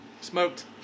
Smoked